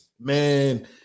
man